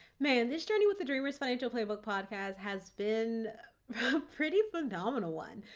man, this journey with the dreamers financial playbook podcast has been a pretty phenomenal one.